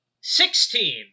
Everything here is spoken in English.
Sixteen